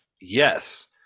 yes